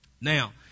Now